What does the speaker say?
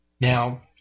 Now